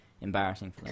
embarrassing